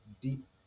deep